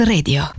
Radio